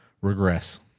regress